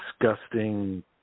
disgusting